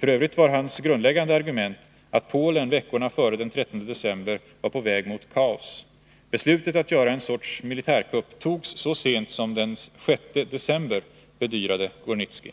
F. ö. var hans grundläggande argument att Polen veckorna före den 13 december var på väg mot kaos. Beslutet att göra en sorts militärkupp togs så sent som den 6 december, bedyrade Gornicki.